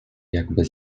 jakby